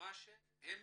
ממה שהם